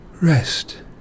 Rest